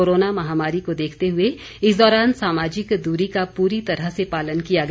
corona महामारी को देखते हुए इस दौरान सामाजिक दूरी का पूरी तरह से पालन किया गया